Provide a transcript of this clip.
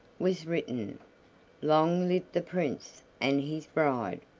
was written long live the prince and his bride.